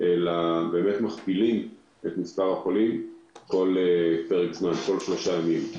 אלא אנחנו מכפילים את מספר החולים כל פרק זמן כלשהו כל שלושה ימים.